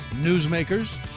newsmakers